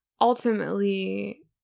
ultimately